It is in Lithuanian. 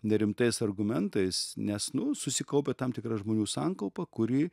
nerimtais argumentais nes nu susikaupia tam tikra žmonių sankaupa kuri